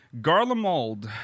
Garlemald